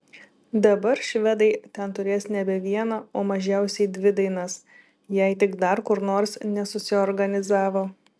dabar švedai ten turės nebe vieną o mažiausiai dvi dainas jei tik dar kur nors nesusiorganizavo